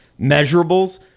measurables